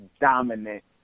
dominant